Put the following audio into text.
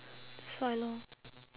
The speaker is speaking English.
that's why lor